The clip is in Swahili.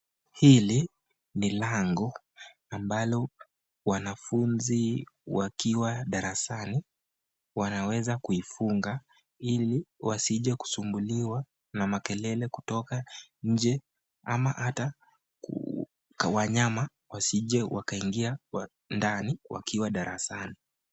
Hili ni lango ambalo wanafunzi wakiwa darasani wanaweza kuifunga ili wasije kusumbuliwa na makelele kutoka nje ama hata wanyame wasije wakaingia ndani wakiwa darasani.